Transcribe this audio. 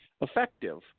effective